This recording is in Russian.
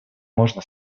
можно